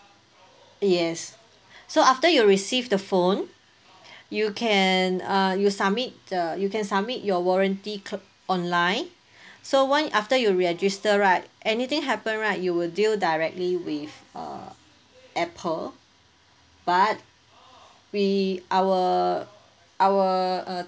yes so after you received the phone you can uh you submit the you can submit your warranty card online so once after you register right anything happen right you will deal directly with uh apple but we our our uh